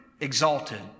exalted